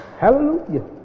Hallelujah